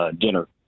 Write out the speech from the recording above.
dinner